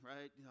right